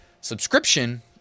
subscription